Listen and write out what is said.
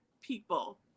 people